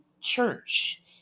church